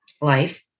life